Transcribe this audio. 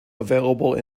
available